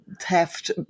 theft